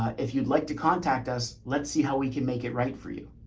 if you'd like to contact us, let's see how we can make it right for you.